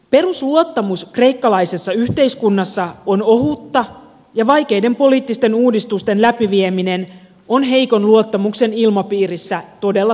perusluottamus kreikkalaisessa yhteiskunnassa on ohutta ja vaikeiden poliittisten uudistusten läpivieminen on heikon luottamuksen ilmapiirissä todella tuskallista